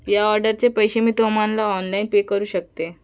या ऑर्डरचे पैसे मी तुम्हाला ऑनलाईन पे करू शकते